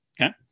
Okay